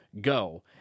go